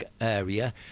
area